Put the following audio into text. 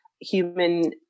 human